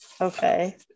Okay